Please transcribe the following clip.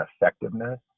effectiveness